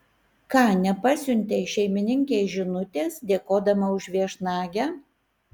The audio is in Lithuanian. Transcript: ką nepasiuntei šeimininkei žinutės dėkodama už viešnagę